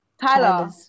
Tyler